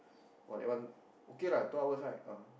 !wah! that one okay lah two hours right ah